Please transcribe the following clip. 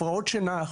הפרעות שינה,